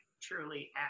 truly